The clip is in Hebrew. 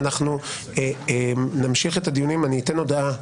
ואנחנו נמשיך את הדיונים, אני אתן הודעה.